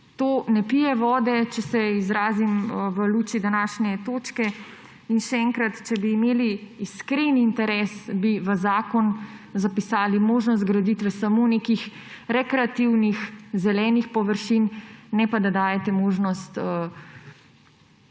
To ne pije vode, če se izrazim v luči današnje točke. In še enkrat, če bi imeli iskren interes, bi v zakon zapisali možnost graditve samo nekih rekreativnih zelenih površin, ne pa, da dajete možnost